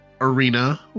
arena